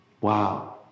Wow